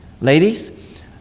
Ladies